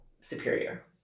superior